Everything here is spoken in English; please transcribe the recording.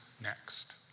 next